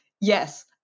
yes